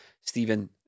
Stephen